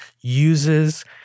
uses